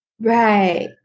Right